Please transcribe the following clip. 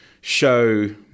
show